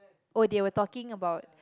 oh they were talking about